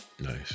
nice